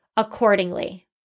Accordingly